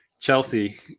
Chelsea